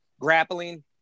grappling